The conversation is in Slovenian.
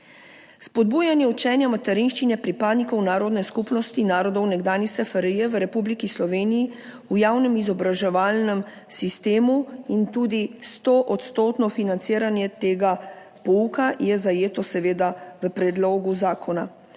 Spodbujanje učenja materinščine pripadnikov narodne skupnosti narodov nekdanje SFRJ v Republiki Sloveniji v javnem izobraževalnem sistemu in tudi stoodstotno financiranje tega pouka je zajeto seveda v predlogu zakona.